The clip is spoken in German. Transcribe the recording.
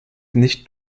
nicht